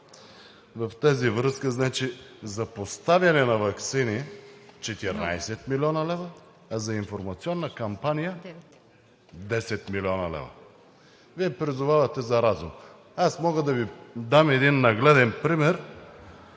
В тази връзка – за поставяне на ваксини 14 млн. лв., а за информационна кампания – 10 млн. лв. Вие призовавате за разум. Аз мога да Ви дам един нагледен пример